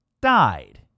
died